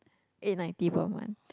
eight ninety per month